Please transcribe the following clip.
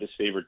disfavored